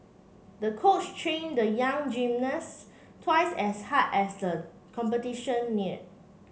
the coach trained the young gymnast twice as hard as the competition neared